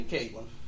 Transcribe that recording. Caitlin